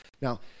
Now